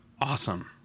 Awesome